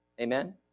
Amen